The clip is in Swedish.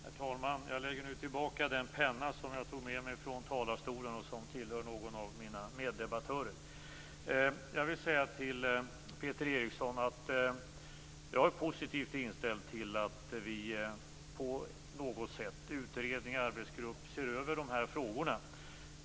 Herr talman! Jag lägger nu tillbaka den penna som jag tog med mig från talarstolen och som tillhör någon av mina meddebattörer. Till Peter Eriksson vill jag säga att jag är positivt inställd till att vi på något sätt, t.ex. utredning eller arbetsgrupp, ser över de här frågorna.